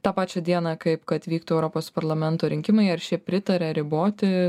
tą pačią dieną kaip kad vyktų europos parlamento rinkimai ar šie pritaria riboti